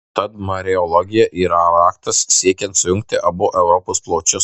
tad mariologija yra raktas siekiant sujungti abu europos plaučius